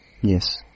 Yes